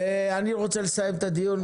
אני רוצה לסיים את הדיון.